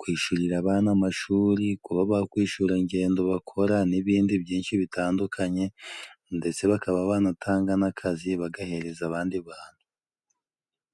kwishurira abana amashuri, kuba bakwishura ingendo bakora n'ibindi byinshi bitandukanye, ndetse bakaba banatanga n'akazi bagahereza abandi bantu.